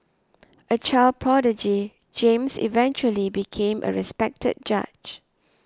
a child prodigy James eventually became a respected judge